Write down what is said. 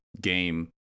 game